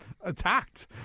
attacked